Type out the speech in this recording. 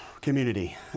community